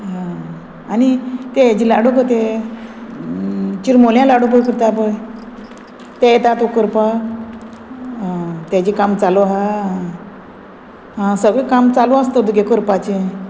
आं आनी तें हेजी लाडू गो तें चिरमोल्या लाडू पळय करता पळय तें येता तुका करपाक आं तेजी काम चालू आहा आं सगळे काम चालू आसता तुगे करपाचे